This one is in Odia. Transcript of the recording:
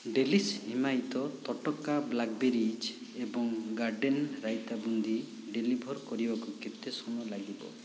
ଡେଲିସ ହିମାୟିତ ତଟକା ବ୍ଲାକ୍ବେରିଜ୍ ଏବଂ ଗାର୍ଡ଼େନ୍ ରାଇତା ବୁନ୍ଦି ଡେଲିଭର୍ କରିବାକୁ କେତେ ସମୟ ଲାଗିବ